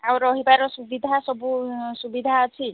ଆଉ ରହିବାର ସୁବିଧା ସବୁ ସୁବିଧା ଅଛି